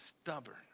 stubborn